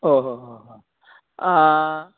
ओहो हो हो